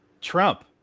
Trump